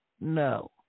no